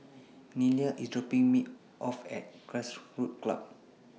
Nelia IS dropping Me off At Grassroots Club